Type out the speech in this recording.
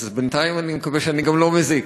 אז בינתיים אני מקווה שאני גם לא מזיק.